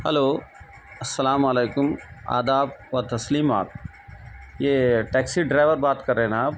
hello السلام علیکم آداب و تسلیمات یہ ٹیکسی ڈرائیور بات کر رہے نا آپ